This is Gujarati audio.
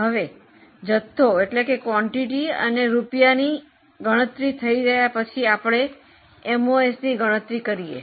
હવે જથ્થા અને રૂપિયાની ગણતરી થઈ ગયા પછી આપણે એમઓએસની ગણતરી કરીએ